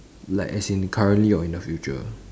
like as in currently or in the future